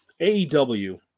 AEW